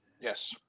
Yes